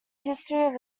history